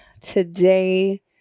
today